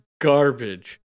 Garbage